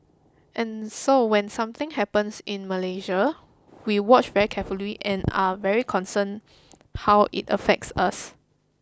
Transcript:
and so when something happens in Malaysia we watch very carefully and are very concerned how it affects us